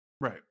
right